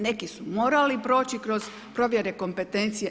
Neki su morali proći kroz provjere kompetencije.